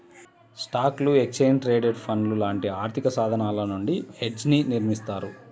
స్టాక్లు, exchange traded ఫండ్లు లాంటి ఆర్థికసాధనాల నుండి హెడ్జ్ని నిర్మిత్తారు